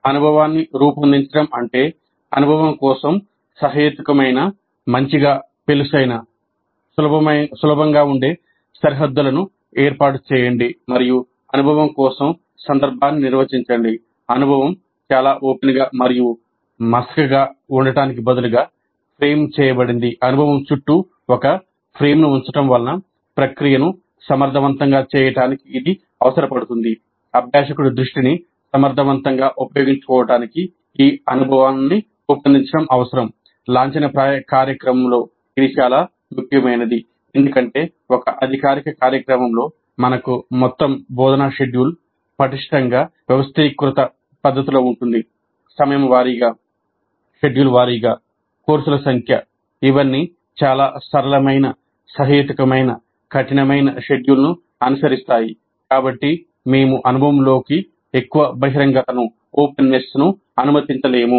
అనుభవాన్ని రూపొందించడం అంటే అనుభవం కోసం సహేతుకమైన మంచిగా పెళుసైన అనుమతించలేము